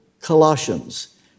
Colossians